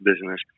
business